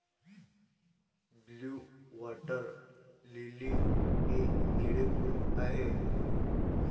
blue water lily हे निळे फूल आहे